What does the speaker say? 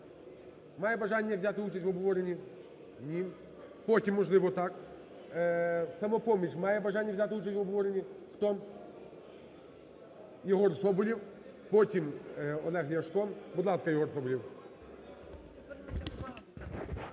має бажання взяти участь в обговоренні? Ні. Потім, можливо, так. "Самопоміч" має бажання взяти участь в обговоренні? Хто? Єгор Соболєв. Потім – Олег Ляшко. Будь ласка, Єгор Соболєв.